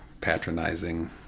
patronizing